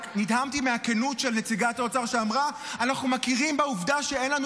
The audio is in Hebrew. נדהמתי מהכנות של נציגת האוצר שאמרה: אנחנו מכירים בעובדה שאין לנו